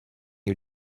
you